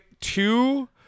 two